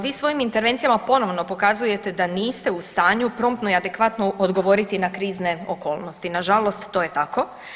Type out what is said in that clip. Vi svojim intervencijama ponovno pokazujete da niste u stanju promptno i adekvatno odgovoriti na krizne okolnosti, nažalost to je tako.